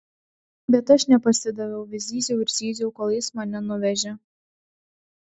bet aš nepasidaviau vis zyziau ir zyziau kol jis mane nuvežė